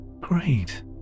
Great